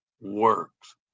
works